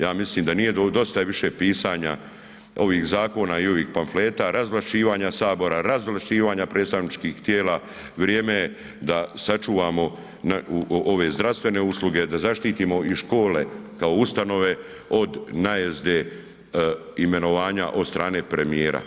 Ja mislim da dostav je više pisanja ovih zakona i ovih pamfleta, razvlašćivanja sabora, razvlašćivanja predstavničkih tijela, vrijeme je da sačuvamo ove zdravstvene usluge, da zaštitimo i škole kao ustanove od najezde imenovanja od strane premijera.